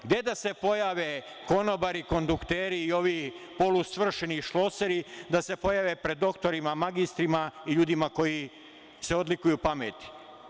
Gde da se pojave konobari, kondukteri, polusvršeni šloseri, da se pojave pred doktorima, magistrima i ljudima koje odlikuje pamet.